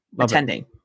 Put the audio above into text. attending